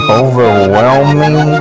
overwhelming